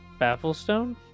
Bafflestone